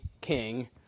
king